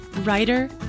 writer